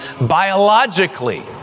biologically